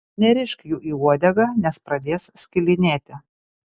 nerišk jų į uodegą nes pradės skilinėti